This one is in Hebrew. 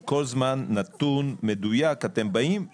בכל זמן נתון, מדויק, אתם באים ונותנים.